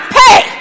pay